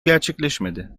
gerçekleşmedi